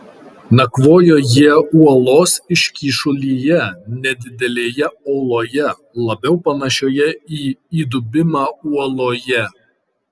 nakvojo jie uolos iškyšulyje nedidelėje oloje labiau panašioje į įdubimą uoloje